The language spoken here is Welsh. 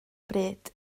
bryd